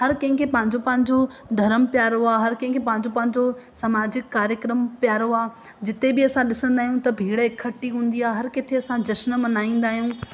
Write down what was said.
हर कंहिंखें पंहिंजो पंहिंजो धर्म प्यारो आहे हर कंहिंखें पंहिंजो पंहिंजो सामाजिक कार्यक्रम प्यारो आहे जिते बि असां ॾिसंदा आहियूं त भीड़ इकठी हूंदी आहे हर किथे असांजो जशन मल्हाईंदा आहियूं